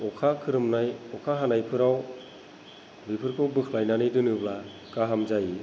अखा खोरोमनाय अखा हानायफोराव बेफोरखौ बोख्लायनानै दोनोब्ला गाहाम जायो